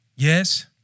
Yes